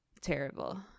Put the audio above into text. terrible